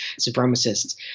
supremacists